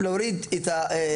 יש הקמת תאגיד,